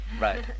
right